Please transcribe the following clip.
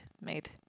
made